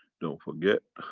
don't forget,